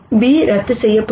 B ரத்து செய்யப்படும்